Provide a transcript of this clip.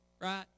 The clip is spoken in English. Right